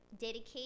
dedicate